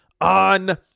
on